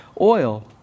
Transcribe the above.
oil